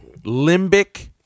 Limbic